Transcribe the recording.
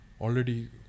already